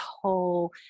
whole